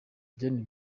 jean